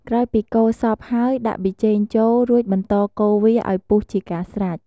ក្រោយពីកូរសព្វហើយ ដាក់ប៊ីចេងចូល រួចបន្តកូរវាឱ្យពុះជាការស្រេច។